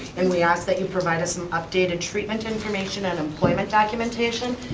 and we asked that you provide us some updated treatment information and employment documentation.